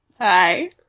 Hi